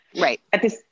Right